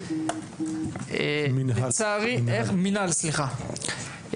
המינהל, סליחה.